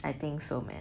I think so man